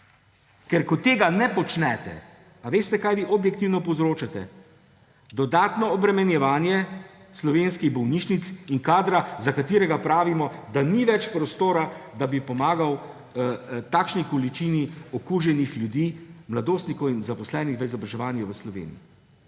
Ker ko tega ne počnete − ali veste, kaj vi objektivno povzročate? Dodatno obremenjevanje slovenskih bolnišnic in kadra, za katerega pravimo, da ni več prostora, da bi pomagal takšni količini okuženih ljudi, mladostnikov in zaposlenih v izobraževanju v Sloveniji.